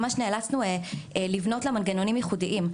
נאצלנו לבנות לה מנגנונים ייחודים,